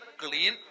clean